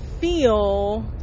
feel